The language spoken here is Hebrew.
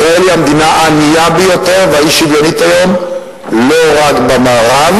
היום ישראל היא המדינה הענייה ביותר והאי-שוויונית לא רק במערב,